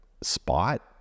spot